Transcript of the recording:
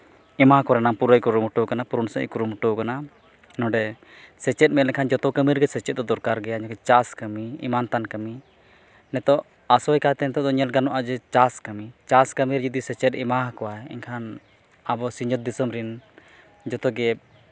ᱮᱢᱟᱠᱚ ᱨᱮᱱᱟᱜ ᱯᱩᱨᱟᱹᱭ ᱠᱩᱨᱩᱢᱩᱴᱩ ᱟᱠᱟᱫᱟ ᱯᱩᱨᱩᱱ ᱥᱟᱺᱦᱤᱡᱽᱼᱮ ᱠᱩᱨᱩᱢᱩᱴᱩᱣᱟᱠᱟᱱᱟ ᱱᱚᱸᱰᱮ ᱥᱮᱪᱮᱫ ᱢᱮᱱᱞᱮᱠᱷᱟᱱ ᱡᱚᱛᱚ ᱠᱟᱹᱢᱤ ᱨᱮᱜᱮ ᱥᱮᱪᱮᱫ ᱫᱚ ᱫᱚᱨᱠᱟᱨ ᱜᱮᱭᱟ ᱪᱟᱥ ᱠᱟᱹᱢᱤ ᱮᱢᱟᱱ ᱛᱟᱱ ᱠᱟᱹᱢᱤ ᱱᱤᱛᱳᱜ ᱟᱥᱚᱠᱟᱭᱛᱮ ᱱᱤᱛᱳᱜ ᱫᱚ ᱧᱮᱞ ᱜᱟᱱᱚᱜᱼᱟ ᱡᱮ ᱪᱟᱥ ᱠᱟᱹᱢᱤ ᱪᱟᱥ ᱠᱟᱹᱢᱤ ᱡᱩᱫᱤ ᱥᱮᱪᱮᱫᱼᱮ ᱮᱢᱟ ᱠᱚᱣᱟ ᱮᱱᱠᱷᱟᱱ ᱟᱵᱚ ᱥᱤᱧᱚᱛ ᱫᱤᱥᱚᱢ ᱨᱤᱱ ᱡᱚᱛᱚᱜᱮ